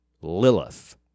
Lilith